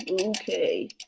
okay